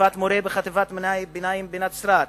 תקיפת מורה בחטיבת הביניים בנצרת,